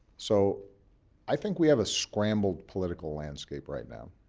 so i think we have a scrambled political landscape right now.